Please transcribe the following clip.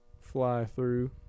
fly-through